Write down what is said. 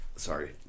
Sorry